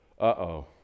Uh-oh